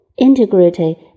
Integrity